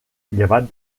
llevat